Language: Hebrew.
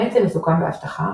מעצם עיסוקם באבטחה,